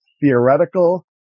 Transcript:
theoretical